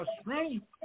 strength